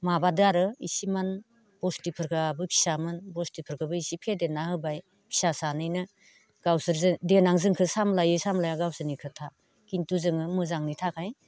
माबादों आरो इसेमान बस्थिफोराबो फिसामोन बस्थिफोरखौबो इसे फेदेरना होबाय फिसा सानैनो गावसोरसो देनां जोंखौ सामब्लायै सामब्लाया गावसोरनि खोथा खिन्थु जोङो मोजांनि थाखाय